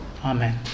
Amen